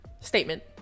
statement